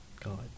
God